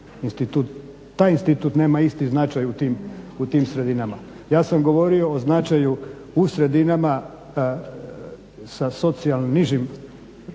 Taj institut nema isti značaj u tim sredinama. Ja sam govorio o značaju u sredinama sa socijalnim nižim